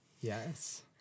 Yes